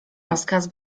rozkaz